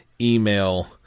email